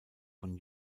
von